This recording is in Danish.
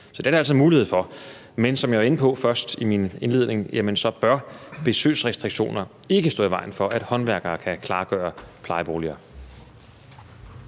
Så det er der altså mulighed for. Men som jeg var inde på først, i min indledning, bør besøgsrestriktioner ikke stå i vejen for, at håndværkere kan klargøre plejeboliger.